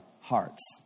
hearts